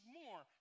more